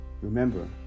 Remember